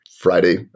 Friday